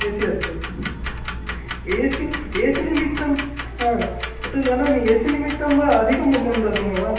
ए C अस्ति A C A C निमित्तं एतत् जानामि ए सि निमित्तं वा अधिकमूल्यं दद्मः वा